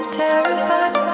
terrified